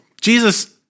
Jesus